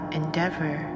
endeavor